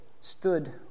stood